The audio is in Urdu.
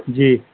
جی